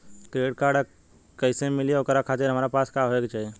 Credit card कैसे मिली और ओकरा खातिर हमरा पास का होए के चाहि?